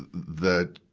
the,